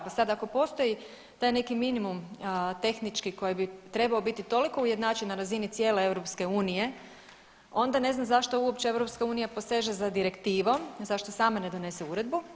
Pa sad, ako postoji taj neki minimum tehnički koji bi trebao biti toliko ujednačen na razini cijele EU, onda ne znam zašto uopće EU poseže za direktivom, zašto sama ne donese uredbu.